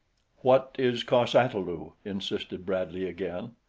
what is cos-ata-lu? insisted bradley again.